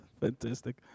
Fantastic